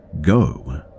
go